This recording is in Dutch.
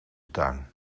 tuin